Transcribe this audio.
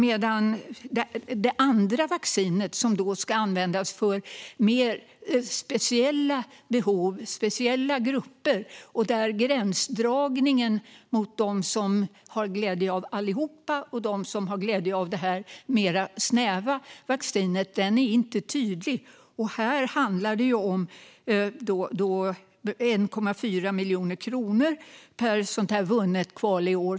För det andra vaccinet - det som ska användas för mer speciella behov, i speciella grupper, och där gränsdragningen mellan dem som har glädje av alla vacciner och dem som har glädje av detta mer snäva vaccin inte är tydlig - handlar det däremot om 1,4 miljoner kronor per vunnet qaly-år.